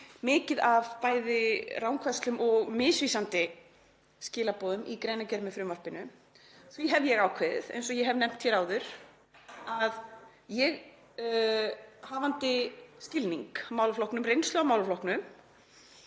mikið af bæði rangfærslum og misvísandi skilaboðum í greinargerð með frumvarpinu. Því hef ég ákveðið, eins og ég hef nefnt hér áður, að mér, hafandi skilning á málaflokknum,